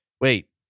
Wait